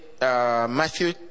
Matthew